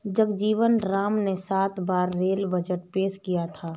जगजीवन राम ने सात बार रेल बजट पेश किया था